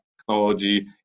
technology